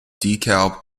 dekalb